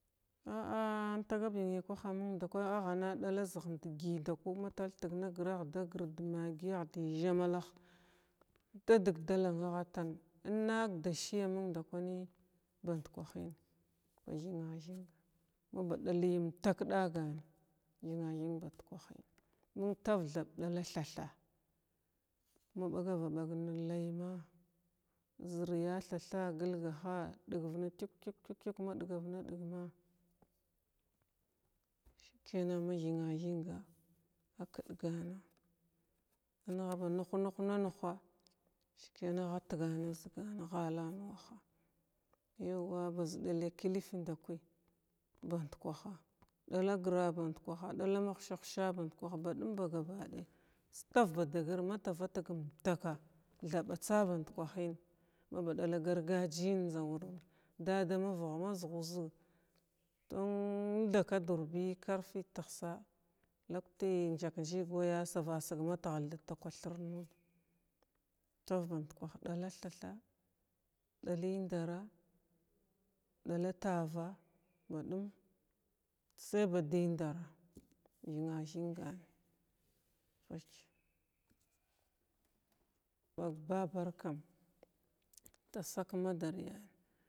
A’a intagabi kwah mən ndakəy agha na ɗala zih da gyəy ndakəy ma taltag na grah da zih da maggiyah da izamalah dadəg dallan agha tan innag da siya mən ndakəy band kwahən thiruthing ma ba ɗally umtak dagan thinathing ndukwah gəya tar thab ɗala thatha’a maɓagavaɓag lay ma zər ya thatha gəlgah dəgvan tuk-tuk-tuk ma ɗagavadəgma sikinan ma thina thinga angha ba nuh-nuh-na nuha sikanan agha tgam, agha ʒagan lalan wah yau wa baz ɗala kəlfa ndakəy bandkwaha, d’ala gra bandkwaha ɗala muhsuhsa bandkwah, baɗum ba gaba day stav bada gir ma tavatəy umtaka, thaɓacha bandkwahan maba ɗala gargajəyan njza wur dadama vəh ma zəhu zig tuun thakadur bi karfi təhsa lukti njzak njzag waya sarasig mathal ka takwa thrim tar bandkwah ɗala tha tha ɗala indarra, dala tava, baɗum say ba dəyindara thinathinga fəlc bag babar kam tasak mdriyan.